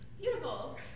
Beautiful